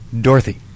Dorothy